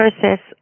process